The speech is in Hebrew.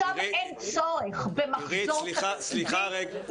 שם אין צורך במחזור תקציבי,